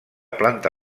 planta